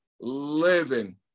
living